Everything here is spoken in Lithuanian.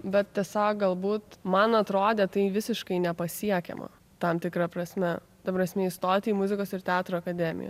bet tiesiog galbūt man atrodė tai visiškai nepasiekiama tam tikra prasme ta prasmė įstoti į muzikos ir teatro akademiją